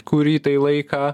kurį tai laiką